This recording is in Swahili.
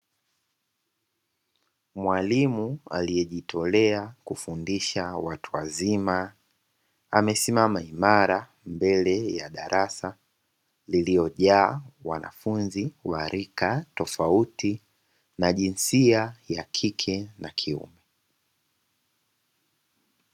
Mwalimu aliye jitolea kufundisha watu wazima, amesimama imara mbele ya darasa lililojaa wanafunzi wa rika tofauti na jinsia ya kike na kiume.